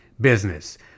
business